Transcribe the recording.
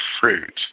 fruit